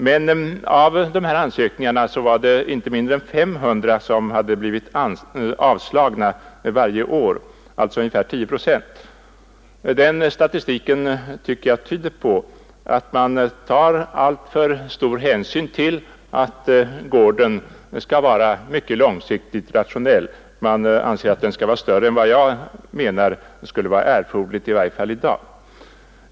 Men av dessa ansökningar hade inte mindre än ca 500 om året blivit avslagna, alltså ungefär 10 procent. Den statistiken tycker jag tyder på att man tar alltför stor hänsyn till att gården skall vara rationell på mycket lång sikt och därför större än vad jag anser vara erforderligt, i varje fall i dag.